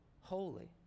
holy